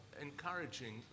encouraging